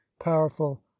powerful